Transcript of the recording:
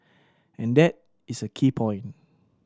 and that is a key point